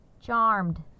Charmed